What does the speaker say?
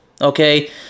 okay